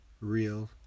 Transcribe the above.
real